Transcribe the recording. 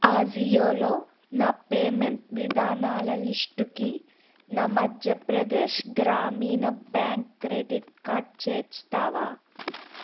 ఆ జియోలో నా పేమెంట్ విధానాల లిస్టుకి నా మధ్యప్రదేశ్ గ్రామీణ బ్యాంక్ క్రెడిట్ కార్డ్ చేర్చుతావా